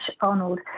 Arnold